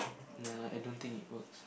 nah I don't think it works